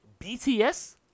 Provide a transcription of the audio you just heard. BTS